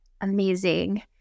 Amazing